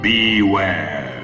Beware